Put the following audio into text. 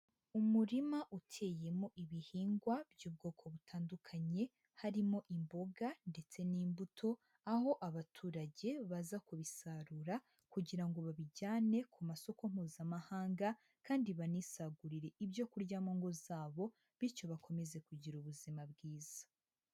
Umurima uketemo ibihingwa by'ubwoko butandukanye, harimo imboga ndetse n'imbuto, aho abaturage baza kubisarura kugira ngo babijyane ku masoko Mpuzamahanga, kandi banisagurire ibyo kurya mu ngo zabo bityo bakomeze kugira ubuzima bwiza.